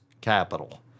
capital